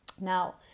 Now